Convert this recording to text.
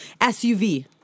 SUV